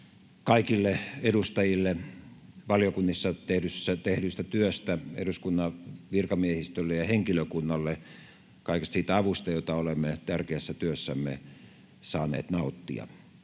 kaikille edustajille valiokunnissa tehdystä työstä, eduskunnan virkamiehistölle ja henkilökunnalle kaikesta siitä avusta, josta olemme tärkeässä työssämme saaneet nauttia.